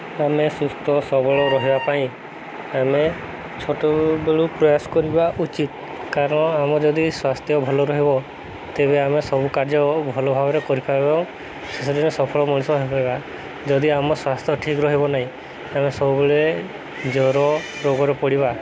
ଆମେ ସୁସ୍ଥ ସବଳ ରହିବା ପାଇଁ ଆମେ ଛୋଟବେଳୁ ପ୍ରୟାସ କରିବା ଉଚିତ୍ କାରଣ ଆମର ଯଦି ସ୍ୱାସ୍ଥ୍ୟ ଭଲ ରହିବ ତେବେ ଆମେ ସବୁ କାର୍ଯ୍ୟ ଭଲ ଭାବରେ କରିପାରିବା ଏବଂ ଶେଷରେ ଏକ ସଫଳ ମଣିଷ ହୋଇପାରବା ଯଦି ଆମ ସ୍ୱାସ୍ଥ୍ୟ ଠିକ୍ ରହିବ ନାହିଁ ଆମେ ସବୁବେଳେ ଜ୍ଵର ରୋଗରେ ପଡ଼ିବା